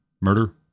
murder